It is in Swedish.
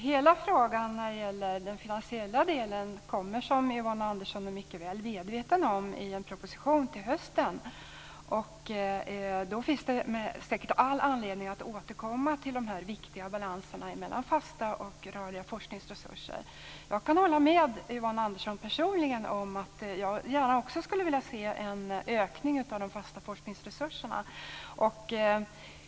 Fru talman! Hela frågan om den finansiella delen kommer, som Yvonne Andersson är mycket väl medveten om, i en proposition till hösten. Då finns det säkert all anledning att återkomma till de här viktiga balanserna mellan fasta och rörliga forskningsresurser. Jag kan personligen hålla med Yvonne Andersson om att jag gärna skulle vilja se en ökning av de fasta forskningsresurserna.